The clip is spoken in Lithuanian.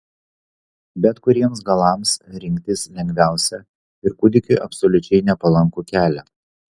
bet kuriems galams rinktis lengviausia ir kūdikiui absoliučiai nepalankų kelią